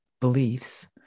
beliefs